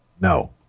No